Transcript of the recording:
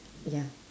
ya